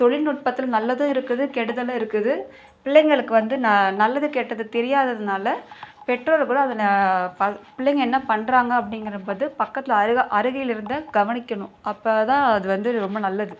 தொழில்நுட்பத்தில் நல்லதும் இருக்குது கெடுதலும் இருக்குது பிள்ளைங்களுக்கு வந்து ந நல்லது கெட்டது தெரியாததுனால பெற்றோருக்கூட அது ப பிள்ளைங்கள் என்ன பண்ணுறாங்க அப்படிங்கிறன்பது பக்கத்தில் அருகா அருகில் இருந்து கவனிக்கணும் அப்ப தான் அது வந்து ரொம்ப நல்லது